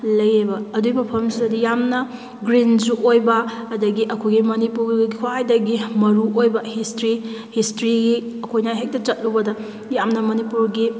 ꯂꯩꯌꯦꯕ ꯑꯗꯨꯏ ꯃꯐꯝꯁꯤꯗꯤ ꯌꯥꯝꯅ ꯒ꯭ꯔꯤꯟꯁꯨ ꯑꯣꯏꯕ ꯑꯗꯒꯤ ꯑꯩꯈꯣꯏꯒꯤ ꯃꯅꯤꯄꯨꯔꯒꯤ ꯈ꯭ꯋꯥꯏꯗꯒꯤ ꯃꯔꯨꯏꯑꯣꯏꯕ ꯍꯤꯁꯇ꯭ꯔꯤ ꯍꯤꯁꯇ꯭ꯔꯤꯒꯤ ꯑꯩꯈꯣꯏꯅ ꯍꯦꯛꯇ ꯆꯠꯂꯨꯕꯗ ꯌꯥꯝꯅ ꯃꯅꯤꯄꯨꯔꯒꯤ